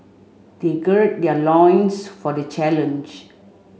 they gird their loins for the challenge